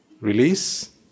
Release